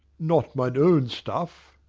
not mine own stuff!